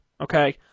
Okay